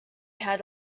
had